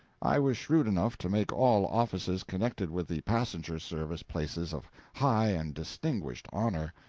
i was shrewd enough to make all offices connected with the passenger service places of high and distinguished honor.